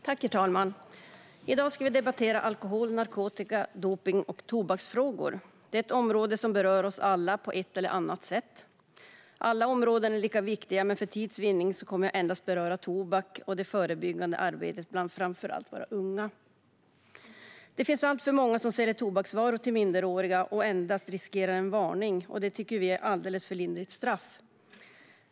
Alkohol-, narkotika-, dopnings och tobaks-frågor Herr talman! I dag ska vi debattera alkohol-, narkotika-, dopnings och tobaksfrågor. Det är ett område som berör oss alla på ett eller annat sätt. Alla områden är lika viktiga, men för tids vinnande kommer jag endast att beröra tobak och det förebyggande arbetet bland framför allt våra unga. Det finns alltför många som säljer tobaksvaror till minderåriga och endast riskerar en varning. Det tycker vi är ett alldeles för lindrigt straff.